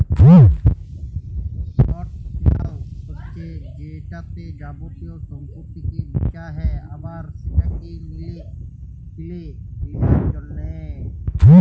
short ফিলালস হছে যেটতে যাবতীয় সম্পত্তিকে বিঁচা হ্যয় আবার সেটকে কিলে লিঁয়ার জ্যনহে